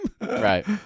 Right